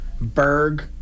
Berg